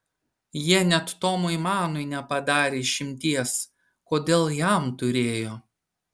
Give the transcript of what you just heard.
jie net tomui manui nepadarė išimties kodėl jam turėjo